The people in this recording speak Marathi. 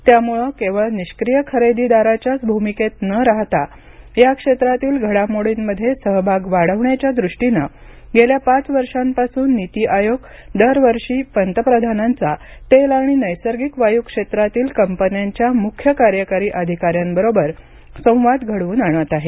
त्यामुळं केवळ निष्क्रिय खरेदीदाराच्याच भूमिकेत न राहता या क्षेत्रातील घडामोडींमध्ये सहभाग वाढवण्याच्या दृष्टीनं गेल्या पाच वर्षांपासून नीती आयोग दर वर्षी पंतप्रधानांचा तेल आणि नैसर्गिक वायू क्षेत्रातील कंपन्यांच्या मुख्य कार्यकारी अधिकाऱ्यांबरोबर संवाद घडवून आणत आहे